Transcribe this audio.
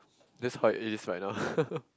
that's how it is right now